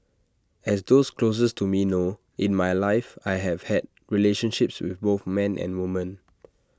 as those closest to me know in my life I have had relationships with both men and women